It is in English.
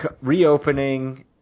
reopening